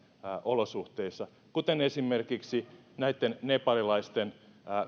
olosuhteissa kuten esimerkiksi näitten nepalilaisten